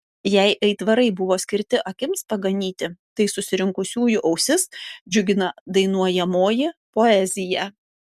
jei aitvarai buvo skirti akims paganyti tai susirinkusiųjų ausis džiugina dainuojamoji poezija